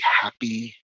happy